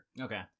Okay